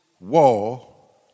wall